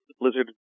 Blizzard